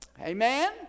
Amen